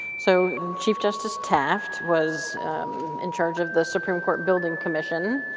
so chief justice taft was in charge of the supreme court building commission,